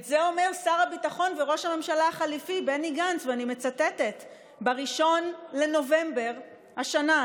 את זה אומר שר הביטחון וראש הממשלה החליפי בני גנץ ב-1 בנובמבר השנה,